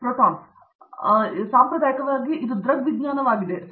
ದೀಪಾ ವೆಂಕಟೇಶ್ ಆದ್ದರಿಂದ ಸಾಂಪ್ರದಾಯಿಕವಾಗಿ ಇದು ದೃಗ್ವಿಜ್ಞಾನವಾಗಿದೆ ಸರಿ